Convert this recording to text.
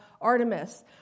Artemis